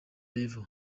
level